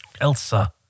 Elsa